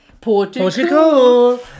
Portugal